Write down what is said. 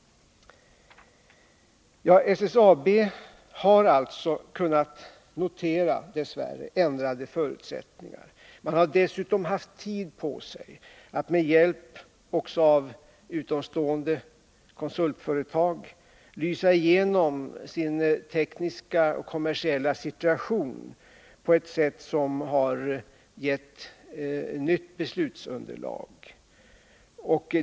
SSAB har alltså dess värre kunnat notera ändrade förutsättningar. Företaget har också haft tid på sig att, också med hjälp av utomstående konsultföretag, genomlysa sin tekniska och kommersiella situation på ett sätt som har gett nytt beslutsunderlag.